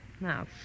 Now